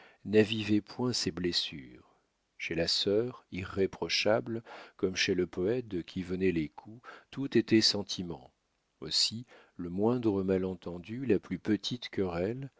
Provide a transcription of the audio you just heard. n'avivaient point ces blessures chez la sœur irréprochable comme chez le poète de qui venaient les coups tout était sentiment aussi le moindre malentendu la plus petite querelle